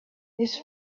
his